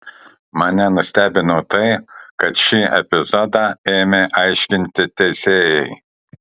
mane nustebino tai kad šį epizodą ėmė aiškinti teisėjai